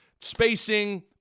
spacing